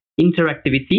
interactivity